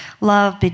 love